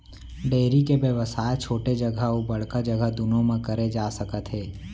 dairy के बेवसाय ह छोटे जघा अउ बड़का जघा दुनों म करे जा सकत हे